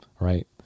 Right